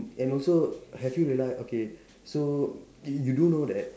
and also have you realise okay so you do know that